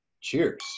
Cheers